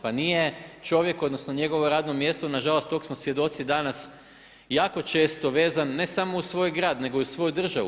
Pa nije čovjek, odnosno njegovo radno mjesto, nažalost tog smo svjedoci danas jako često, vezan ne samo uz svoj grad, nego i uz svoju državu.